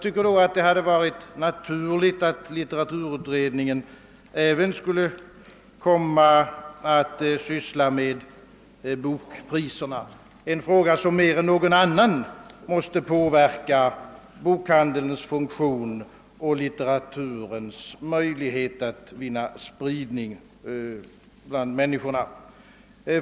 Det hade därför varit naturligt att litteraturutredningen även skulle komma att syssla med bokpriserna, en fråga som mer än någon annan måste påverka bokhandelns funktion och litteraturens möjlighet att vinna spridning bland människorna.